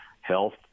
health